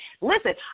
Listen